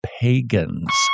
pagans